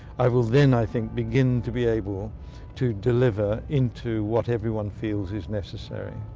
i will then, i think, begin to be able to deliver into what everyone feels is necessary.